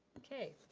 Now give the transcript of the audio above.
okay.